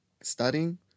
studying